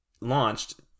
launched